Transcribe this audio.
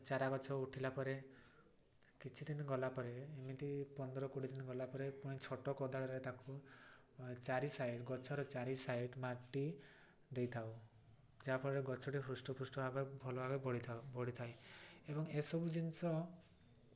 ଚାରା ଗଛ ଉଠିଲା ପରେ କିଛି ଦିନ ଗଲାପରେ ଏମିତି ପନ୍ଦର କୋଡ଼ିଏ ଦିନ ଗଲାପରେ ପୁଣି ଛୋଟ କୋଦାଳରେ ତାକୁ ଚାରି ସାଇଡ଼୍ ଗଛର ଚାରି ସାଇଡ଼୍ ମାଟି ଦେଇଥାଉ ଯାହାଫଳରେ ଗଛଟି ହୃଷ୍ଟପୁଷ୍ଟ ଭାବେ ଭଲ ଭାବେ ବଢ଼ିଥାଉ ବଢ଼ିଥାଏ ଏବଂ ଏସବୁ ଜିନିଷ